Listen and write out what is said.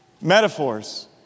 metaphors